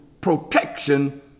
protection